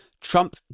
Trump